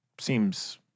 seems